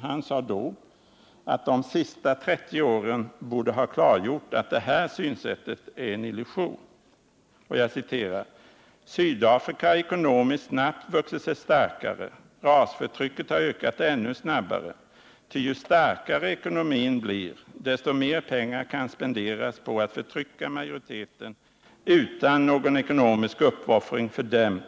Han sade då att de senaste 30 åren borde ha klargjort att detta synsätt är en illusion. ”Sydafrika har ekonomiskt snabbt vuxit sig starkare. Rasförtrycket har ökat ännu snabbare. Ty ju starkare ekonomin blir, desto mer pengar kan spenderas på att förtrycka majoriteten utan någon ekonomisk uppoffring för dem